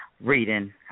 reading